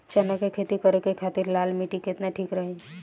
चना के खेती करे के खातिर लाल मिट्टी केतना ठीक रही?